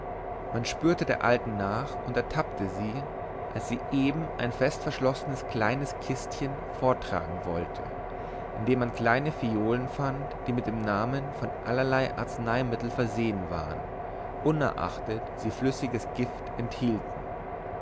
man spürte der alten nach und ertappte sie als sie eben ein festverschlossenes kleines kistchen forttragen wollte in dem man kleine phiolen fand die mit dem namen von allerlei arzneimitteln versehen waren unerachtet sie flüssiges gift enthielten